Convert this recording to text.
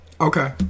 Okay